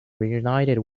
reunited